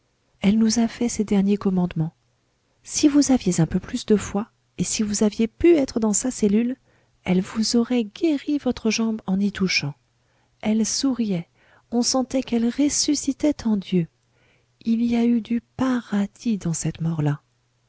elle nous a fait ses derniers commandements si vous aviez un peu plus de foi et si vous aviez pu être dans sa cellule elle vous aurait guéri votre jambe en y touchant elle souriait on sentait qu'elle ressuscitait en dieu il y a eu du paradis dans cette mort là